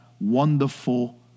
wonderful